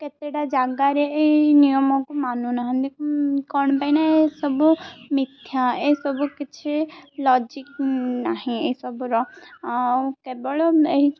କେତେଟା ଜାଗାରେ ଏଇ ନିୟମକୁ ମାନୁ ନାହାନ୍ତି କ'ଣ ପାଇଁ ନା ଏସବୁ ମିଥ୍ୟା ଏସବୁ କିଛି ଲଜିକ୍ ନାହିଁ ଏସବୁର ଆଉ କେବଳ ଏହି